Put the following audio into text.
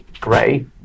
grey